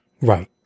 Right